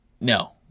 No